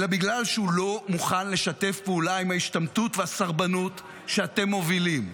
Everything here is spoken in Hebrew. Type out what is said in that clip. אלא בגלל שהוא לא מוכן לשתף פעולה עם ההשתמטות והסרבנות שאתם מובילים.